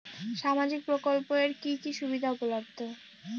সামাজিক প্রকল্প এর কি কি সুবিধা উপলব্ধ?